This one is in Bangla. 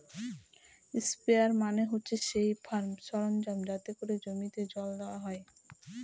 স্প্রেয়ার মানে হচ্ছে সেই ফার্ম সরঞ্জাম যাতে করে জমিতে জল দেওয়া হয়